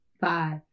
Five